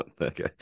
Okay